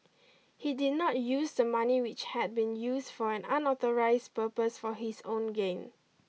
he did not use the money which had been used for an unauthorised purpose for his own gain